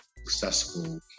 Successful